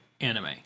anime